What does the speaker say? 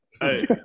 Hey